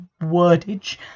wordage